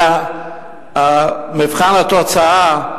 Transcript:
זה מבחן התוצאה,